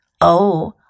Oh